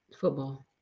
Football